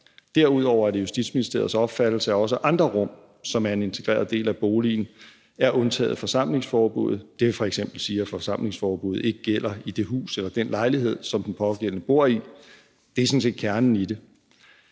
Derudover er det Justitsministeriets opfattelse, at også andre rum, som er en integreret del af boligen, er undtaget fra forsamlingsforbuddet. Det vil f.eks. sige, at forsamlingsforbuddet ikke gælder i det hus eller den lejlighed, som den pågældende bor i. Det er sådan set